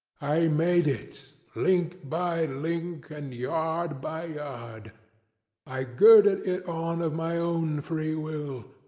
i made it link by link, and yard by yard i girded it on of my own free will,